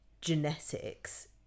genetics